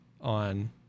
on